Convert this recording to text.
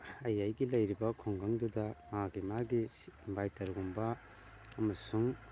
ꯑꯩ ꯑꯩꯒꯤ ꯂꯩꯔꯤꯕ ꯈꯨꯡꯒꯪꯗꯨꯗ ꯃꯥꯒꯤ ꯃꯥꯒꯤ ꯏꯟꯚꯥꯏꯇꯔꯨꯝꯕ ꯑꯃꯁꯨꯡ